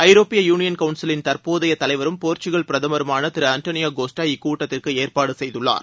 ஐரோப்பிய யூனியன் கவுன்சிலின் தற்போதைய தலைவரும் போர்சுகல் பிரதமருமான திரு ஆண்டனியோ கோஸ்டா இக்கூட்டத்திற்கு ஏற்பாடு செய்துள்ளார்